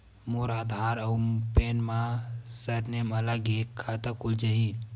मोर आधार आऊ पैन मा सरनेम अलग हे खाता खुल जहीं?